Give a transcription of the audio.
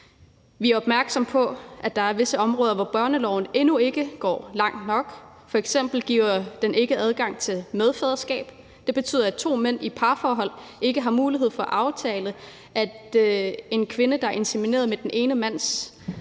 Vi er opmærksomme på, at der er visse områder, hvor børneloven endnu ikke går langt nok. F.eks. giver den ikke adgang til medfaderskab. Det betyder, at to mænd i et parforhold, der har fået et barn med en kvinde, der er insemineret med den ene mands sæd,